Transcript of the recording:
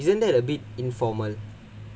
is it isn't that a bit informal